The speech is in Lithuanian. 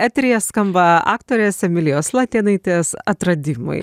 eteryje skamba aktorės emilijos latėnaitės atradimai